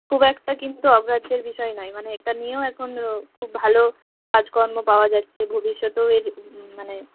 খুব একটা কিন্তু অগ্রাহ্যের বিষয় নয় মানে এটা নিয়েও এখন খুব ভালো কাজকর্ম পাওয়া যাচ্ছে ভবিষ্যতেও এর মানে